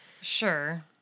Sure